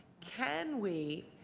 can we,